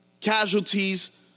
Casualties